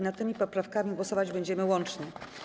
Nad tymi poprawkami głosować będziemy łącznie.